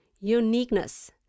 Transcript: uniqueness